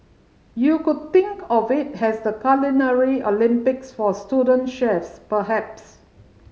you could think of it has the Culinary Olympics for student chefs perhaps